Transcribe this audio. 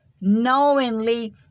knowingly